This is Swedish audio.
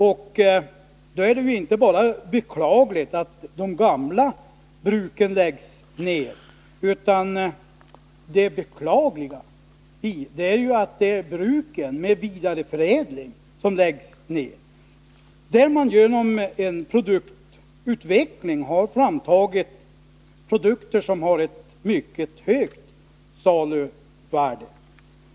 Det beklagliga äratt det inte bara är de gamla bruken som läggs ned utan också bruk som har inriktat sig på vidareförädling. Man har där genom produktutveckling tagit fram produkter som har ett mycket högt saluvärde.